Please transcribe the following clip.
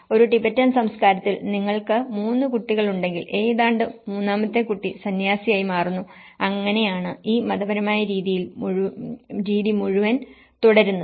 ഒരു ടിബറ്റൻ സംസ്കാരത്തിൽ നിങ്ങൾക്ക് 3 കുട്ടികളുണ്ടെങ്കിൽ ഏതാണ്ട് മൂന്നാമത്തെ കുട്ടി സന്യാസിയായി മാറുന്നു അങ്ങനെയാണ് ഈ മതപരമായ രീതി മുഴുവൻ തുടരുന്നത്